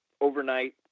overnight